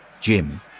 Jim